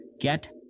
Get